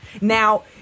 Now